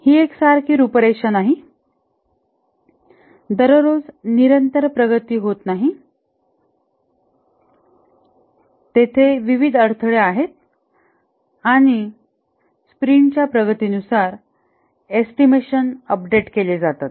ही एक सारखी रूप रेषा नाही दररोज निरंतर प्रगती होत नाही तेथे विविध अडथळे आहेत आणि स्प्रिंटच्या प्रगती नुसार एस्टिमेशन अपडेट केले जातात